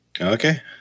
Okay